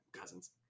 cousins